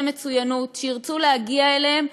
ולהתפרעות,